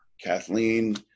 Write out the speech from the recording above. Kathleen